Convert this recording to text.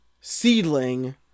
seedling